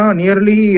nearly